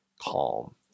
calm